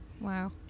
Wow